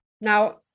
Now